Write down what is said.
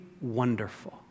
wonderful